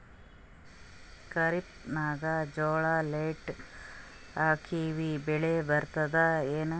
ಖರೀಫ್ ನಾಗ ಜೋಳ ಲೇಟ್ ಹಾಕಿವ ಬೆಳೆ ಬರತದ ಏನು?